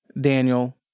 Daniel